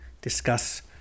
discuss